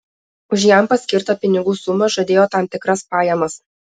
už jam paskirtą pinigų sumą žadėjo tam tikras pajamas